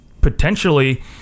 potentially